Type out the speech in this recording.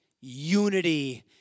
unity